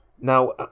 now